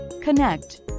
connect